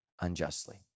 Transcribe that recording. unjustly